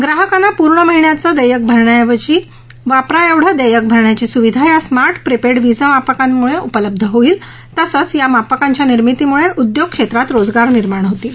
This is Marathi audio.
प्राहकांना पूर्ण महिन्याचं देयक भरण्याऐवजी वापराएवढं देयक भरण्याची सुविधा या स्मार्ट प्रीपेड वीजमापकांमुळे उपलब्ध होईल तसंच या मापकांच्या निर्मितीमुळे उद्योगक्षेत्रात रोजगार निर्माण होतील